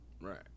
Right